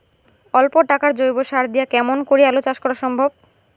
অল্প টাকার জৈব সার দিয়া কেমন করি আলু চাষ সম্ভব?